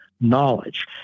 knowledge